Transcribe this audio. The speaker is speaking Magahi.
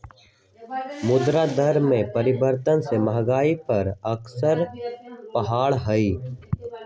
मुद्रा दर में परिवर्तन से महंगाई पर असर पड़ा हई